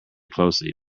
closely